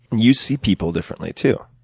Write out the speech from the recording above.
you see people differently, too.